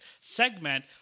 segment